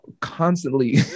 constantly